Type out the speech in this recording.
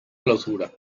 clausura